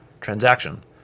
transaction